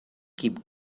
keep